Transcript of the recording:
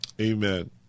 Amen